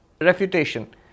refutation